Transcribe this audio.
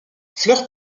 fleur